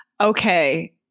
okay –